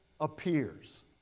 appears